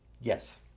Yes